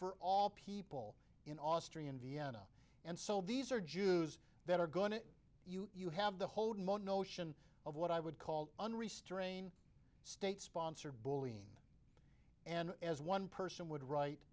for all people in austria and vienna and so these are jews that are going to you you have the whole notion of what i would call unrestrained state sponsored bullying and as one person would write